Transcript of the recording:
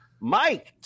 Mike